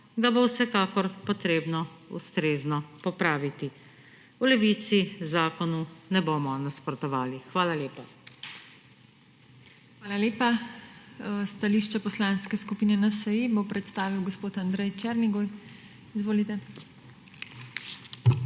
ga bo vsekakor potrebno ustrezno popraviti. V Levici zakonu ne bomo nasprotovali. Hvala lepa. PODPREDSEDNICA TINA HEFERLE: Hvala lepa. Stališče Poslanske skupine NSi bo predstavil gospod Andrej Černigoj. Izvolite.